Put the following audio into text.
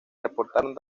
reportaron